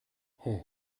herr